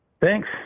Thanks